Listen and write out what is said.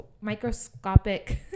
microscopic